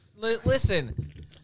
Listen